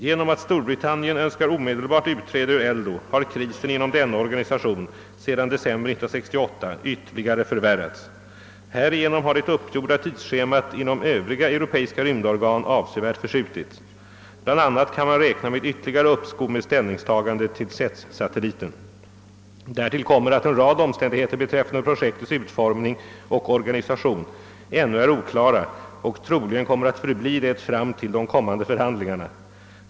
Genom att Storbritannien önskar omedelbart utträda ur ELDO har krisen inom denna organisation sedan december 1968 ytterligare förvärrats. Härigenom har det uppgjorda tidsschemat inom Övriga europeiska rymdorgan avsevärt förskjutits. Bland annat kan man räkna med ytterligare uppskov med ställningstagandet till CETS-satelliten. Därtill kommer att en rad omständigheter beträffande projektets utformning och organisation ännu är oklara och troligen kommer att förbli det fram till de kommande förhandlingarna.